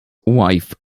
wife